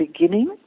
beginning